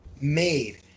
made